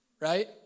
Right